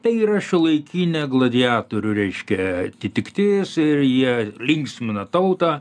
tai yra šiuolaikinė gladiatorių reiškia atitiktis ir jie linksmina tautą